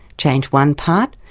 change one part,